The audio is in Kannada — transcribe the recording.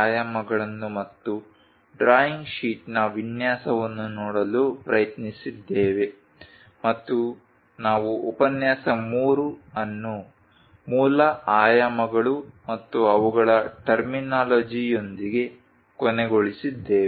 ಆಯಾಮಗಳನ್ನು ಮತ್ತು ಡ್ರಾಯಿಂಗ್ ಶೀಟ್ನ ವಿನ್ಯಾಸವನ್ನು ನೋಡಲು ಪ್ರಯತ್ನಿಸಿದ್ದೇವೆ ಮತ್ತು ನಾವು ಉಪನ್ಯಾಸ 3 ಅನ್ನು ಮೂಲ ಆಯಾಮಗಳು ಮತ್ತು ಅವುಗಳ ಟರ್ಮಿನೋಲಜಿಯೊಂದಿಗೆ ಕೊನೆಗೊಳಿಸಿದ್ದೇವೆ